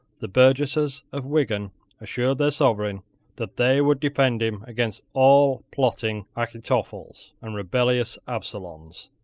the burgesses of wigan assured their sovereign that they would defend him against all plotting achitophels and rebellions absaloms.